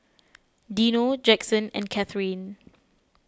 Dino Jackson and Kathrine